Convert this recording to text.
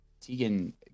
Tegan